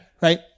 Right